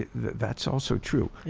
that's also true.